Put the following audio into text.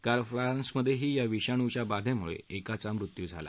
काल फ्रान्समध्येही याविषाणूच्या बाधेमुळे एकाचा मृत्यू झाला